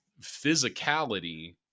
physicality